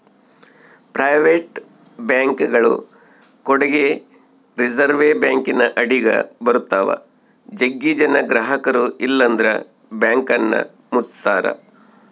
private ಬ್ಯಾಂಕ್ಗಳು ಕೂಡಗೆ reserve ಬ್ಯಾಂಕಿನ ಅಡಿಗ ಬರುತ್ತವ, ಜಗ್ಗಿ ಜನ ಗ್ರಹಕರು ಇಲ್ಲಂದ್ರ ಬ್ಯಾಂಕನ್ನ ಮುಚ್ಚುತ್ತಾರ